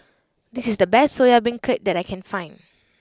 this is the best Soya Beancurd that I can find